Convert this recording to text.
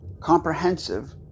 comprehensive